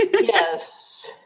Yes